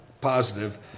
positive